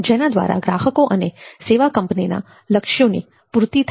જેના દ્વારા ગ્રાહકો અને સેવા કંપનીના લક્ષ્યોની પૂર્તિ થાય છે